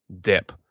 dip